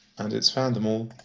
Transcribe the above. and it's found them all!